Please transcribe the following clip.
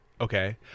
okay